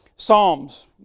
psalms